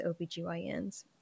OBGYNs